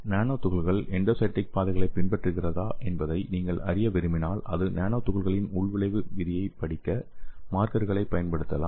நானோ துகள்கள் எண்டோசைடிக் பாதைகளைப் பின்பற்றுகிறதா என்பதை நீங்கள் அறிய விரும்பினால் இந்த நானோ துகள்களின் உள்விளைவு விதியைப் படிக்க மார்க்கர்களை பயன்படுத்தலாம்